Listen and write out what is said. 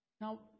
Now